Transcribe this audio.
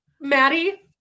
Maddie